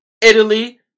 Italy